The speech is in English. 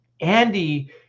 Andy